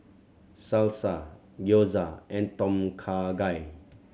Salsa Gyoza and Tom Kha Gai